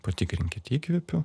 patikrinkit įkvepiu